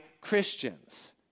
Christians